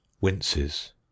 winces